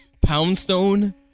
Poundstone